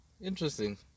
Interesting